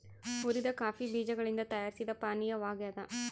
ಹುರಿದ ಕಾಫಿ ಬೀಜಗಳಿಂದ ತಯಾರಿಸಿದ ಪಾನೀಯವಾಗ್ಯದ